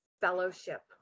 fellowship